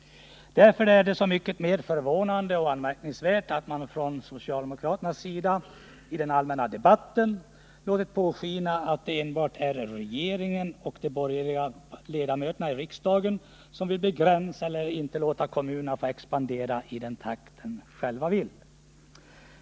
Därför är det så mycket mer förvånande och anmärkningsvärt att man från socialdemokraternas sida i den allmänna debatten låter påskina att det enbart är regeringen och de borgerliga ledamöterna i riksdagen som vill begränsa eller inte låta kommunerna få expandera i den takt de själva vill.